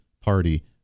party